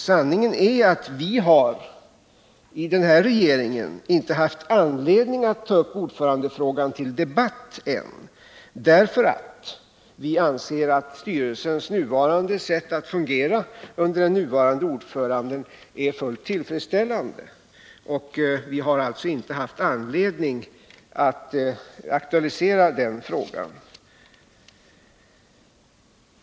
Sanningen är att vi i denna regering inte har haft anledning att ta upp ordförandefrågan än, därför att vi anser att styrelsens sätt att fungera under den nuvarande ordföranden är fullt tillfredsställande. Vi har alltså inte haft anledning att aktualisera den frågan.